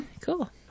Cool